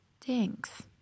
Thanks